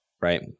right